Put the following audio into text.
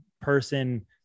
person